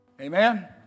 Amen